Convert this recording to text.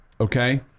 Okay